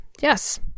Yes